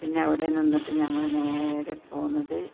പിന്നെ അവിടെ നിന്നിട്ട് ഞങ്ങൾ നേരെ പോന്നത്